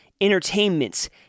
entertainments